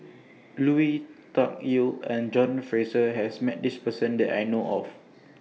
Lui Tuck Yew and John Fraser has Met This Person that I know of